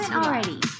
already